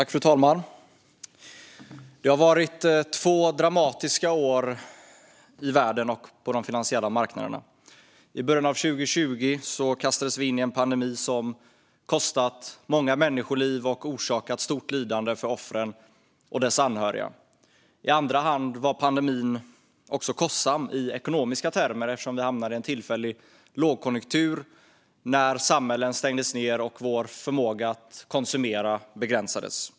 Fru talman! Det har varit två dramatiska år i världen och på de finansiella marknaderna. I början av 2020 kastades vi in i en pandemi som kostat många människoliv och orsakat stort lidande för offren och deras anhöriga. I andra hand var pandemin kostsam även i ekonomiska termer eftersom vi hamnade i en tillfällig lågkonjunktur när samhällen stängdes ned och vår förmåga att konsumera begränsades.